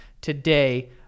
today